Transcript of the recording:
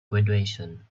graduation